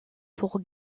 pour